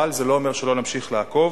אבל זה לא אומר שלא נמשיך לעקוב.